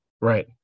right